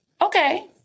okay